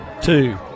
two